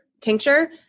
tincture